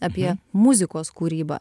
apie muzikos kūrybą